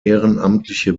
ehrenamtliche